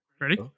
Ready